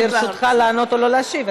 ברשותך לענות או לא להשיב,